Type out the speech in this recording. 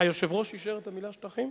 היושב-ראש אישר את המלה "שטחים"?